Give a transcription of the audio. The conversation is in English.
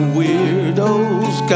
weirdos